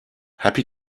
happy